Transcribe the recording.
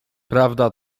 prawda